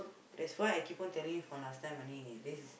that's why I keep on telling you from last time money this is